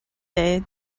day